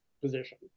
position